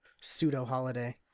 pseudo-holiday